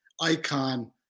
icon